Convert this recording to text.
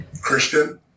Christian